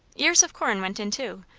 ears of corn went in too,